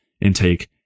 intake